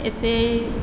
ऐसे